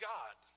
God